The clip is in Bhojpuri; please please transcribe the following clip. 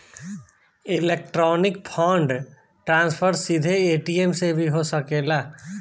इलेक्ट्रॉनिक फंड ट्रांसफर सीधे ए.टी.एम से भी हो सकेला